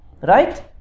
right